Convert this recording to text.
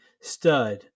stud